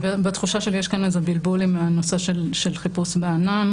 בתחושה שלי יש כאן איזה בלבול עם הנושא של חיפוש בענן.